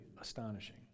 astonishing